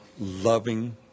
loving